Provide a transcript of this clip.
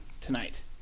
tonight